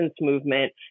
movement